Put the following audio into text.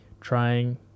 trying